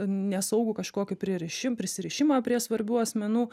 nesaugų kažkokį pririšim prisirišimą prie svarbių asmenų